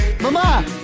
Mama